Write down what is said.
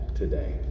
today